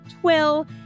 Twill